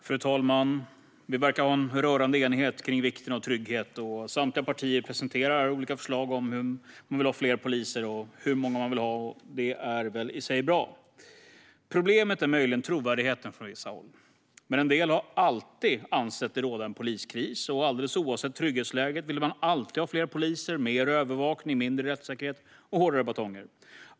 Fru talman! Vi verkar vara rörande eniga om vikten av trygghet. Samtliga partier presenterar här olika förslag som går ut på att man vill ha fler poliser och anger även hur många fler man vill ha, och det är väl i sig bra. Problemet är möjligen trovärdigheten på vissa håll. En del har alltid ansett att det råder en poliskris - alldeles oavsett trygghetsläget vill de alltid ha fler poliser, mer övervakning, mindre rättssäkerhet och hårdare batonger.